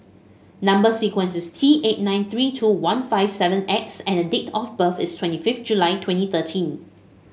number sequence is T eight nine three two one five seven X and date of birth is twenty fifth July twenty thirteen